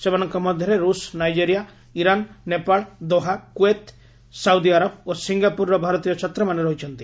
ସେମାନଙ୍କ ମଧ୍ୟରେ ରୁଷ୍ Nigeria Iran Nepal Doha Kuwait Saudi Arab ଓ ସିଙ୍ଗାପୁରର ଭାରତୀୟ ଛାତ୍ରମାନେ ରହିଛନ୍ତି